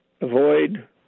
avoid